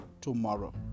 tomorrow